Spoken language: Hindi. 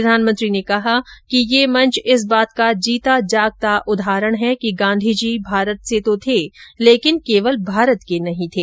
प्रधानमंत्री ने कहा कि यह मंच इस बात का जीता जागता उदाहरण है कि गांधीजी भारत से तो थे लेकिन केवल भारत के नहीं थे